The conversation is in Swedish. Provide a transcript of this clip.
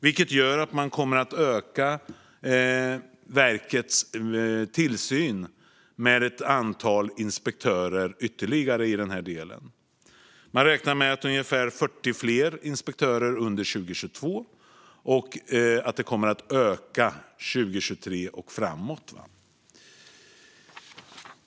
Det gör att man kommer att öka verkets tillsyn med ytterligare ett antal inspektörer i den delen. Man räknar med att det blir ungefär 40 fler inspektörer under 2022 och att det kommer att öka under 2023 och framåt.